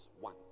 one